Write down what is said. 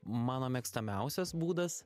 mano mėgstamiausias būdas